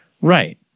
Right